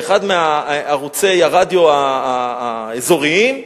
באחד מערוצי הרדיו האזוריים,